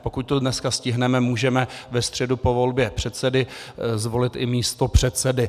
Pokud to dneska stihneme, můžeme ve středu po volbě předsedy zvolit i místopředsedy.